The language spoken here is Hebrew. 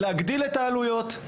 להגדיל את העלויות.